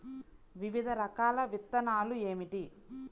వివిధ రకాల విత్తనాలు ఏమిటి?